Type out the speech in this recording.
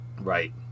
Right